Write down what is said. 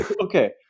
Okay